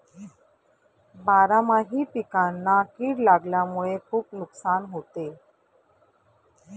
बारामाही पिकांना कीड लागल्यामुळे खुप नुकसान होते